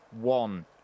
one